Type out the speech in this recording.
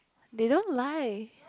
they don't lie